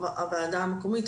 הוועדה המקומית,